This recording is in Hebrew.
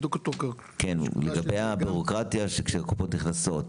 לגבי הבירוקרטיה של קופות נכנסות.